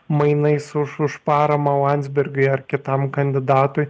mainais už už paramą landsbergiui ar kitam kandidatui